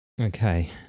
Okay